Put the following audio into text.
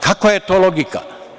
Kakva je to logika?